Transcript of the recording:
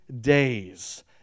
days